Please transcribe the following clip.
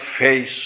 face